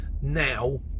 now